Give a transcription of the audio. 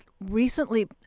recently